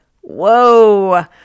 Whoa